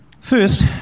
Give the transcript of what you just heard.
First